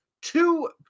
two